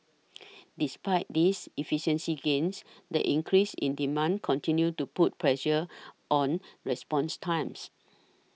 despite these efficiency gains the increases in demand continue to put pressure on response times